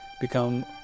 become